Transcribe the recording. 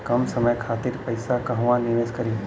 कम समय खातिर के पैसा कहवा निवेश करि?